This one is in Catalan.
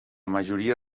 majoria